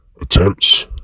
attempts